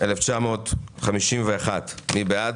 מי בעד?